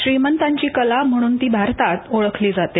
श्रीमंतांची कला म्हणून ती भारतात ओळखली जाते